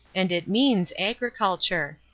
and it means agriculture.